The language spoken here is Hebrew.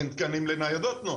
אין תקנים לניידות תנועה,